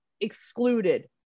excluded